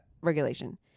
regulation